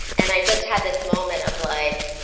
and i just had this moment of like,